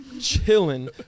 chilling